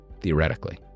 theoretically